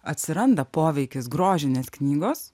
atsiranda poveikis grožinės knygos